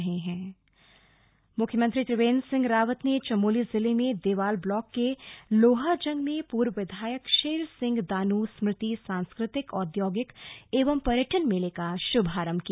CM Chamoli मुख्यमंत्री त्रिवेंद्र सिंह रावत ने चमोली जिले में देवाल ब्लॉक के लोहाजंग में पूर्व विधायक शेर सिंह दानू स्मृति सांस्कृतिक औद्योगिक एवं पर्यटन मेले का शुभारंभ किया